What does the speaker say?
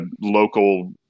local